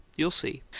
you'll see.